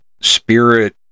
Spirit